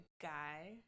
guy